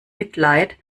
mitleid